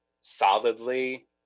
solidly